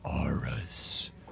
auras